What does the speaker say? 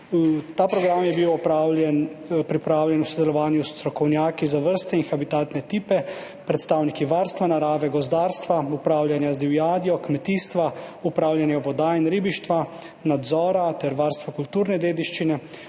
Ta program je bil pripravljen v sodelovanju s strokovnjaki za vrste in habitatne tipe, predstavniki varstva narave, gozdarstva, upravljanja z divjadjo, kmetijstva, upravljanja voda in ribištva, nadzora ter varstvo kulturne dediščine.